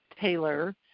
Taylor